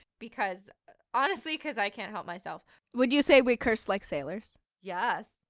because honestly, because i can't help myself would you say we curse like sailors? yes.